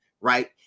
right